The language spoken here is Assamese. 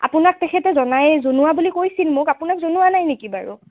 আপোনাক তেখেতে জনাই জনোৱা বুলি কৈছিল মোক আপোনাক জনোৱা নাই নেকি বাৰু